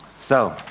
so,